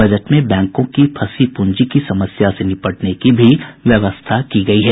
budget में बैंकों की फंसी प्रंजी की समस्या से निपटने की व्यवस्था की गयी है